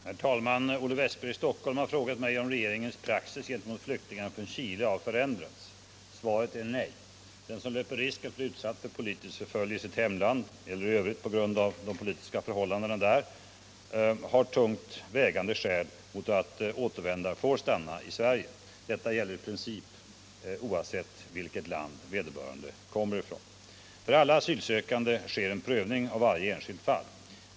Herr talman! Olle Wästberg i Stockholm har frågat mig om regeringens praxis gentemot flyktingar från Chile har förändrats. Svaret är nej. Den som löper risk att bli utsatt för politisk förföljelse i sitt hemland eller i övrigt på grund av de politiska förhållandena där har tungt vägande skäl mot att återvända får stanna här i Sverige. Detta gäller i princip oavsett vilket land vederbörande kommer ifrån. För alla asylsökande sker en prövning av varje enskilt fall.